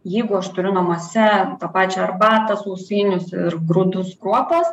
jeigu aš turiu namuose tą pačią arbatą sausainius ir grūdus kruopas